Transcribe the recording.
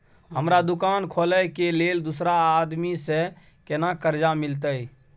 हमरा दुकान खोले के लेल दूसरा आदमी से केना कर्जा मिलते?